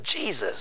Jesus